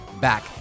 back